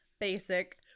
basic